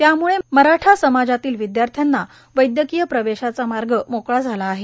यामुळे मराठा समाजातील विदयाथ्र्यांना वैदयकीय प्रवेशाचा मार्ग मोकळा झाला आहे